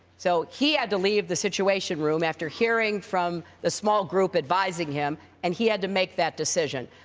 so he had to leave the situation room after hearing from the small group advising him and he had to make that decision.